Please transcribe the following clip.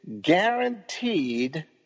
guaranteed